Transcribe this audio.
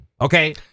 Okay